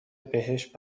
بهشت